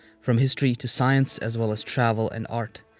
from history to science as well as travel and art.